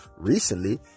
recently